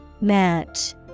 Match